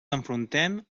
enfrontem